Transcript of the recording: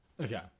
Okay